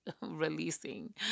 releasing